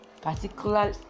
particular